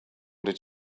did